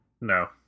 No